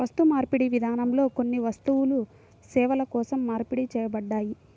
వస్తుమార్పిడి విధానంలో కొన్ని వస్తువులు సేవల కోసం మార్పిడి చేయబడ్డాయి